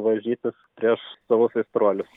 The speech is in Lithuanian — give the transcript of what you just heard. varžytis prieš savus aistruolius